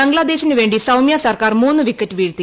ബംഗ്ലാദേശിനു വേണ്ടി സൌമൃ സർക്കാർ ദ വിക്കറ്റ് വീഴ്ത്തി